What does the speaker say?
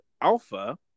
Alpha